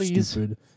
stupid